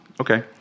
Okay